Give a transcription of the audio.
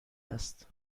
است